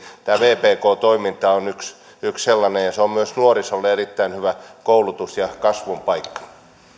tämä vpk toiminta on yksi yksi sellainen ja se on myös nuorisolle erittäin hyvä koulutus ja kasvun paikka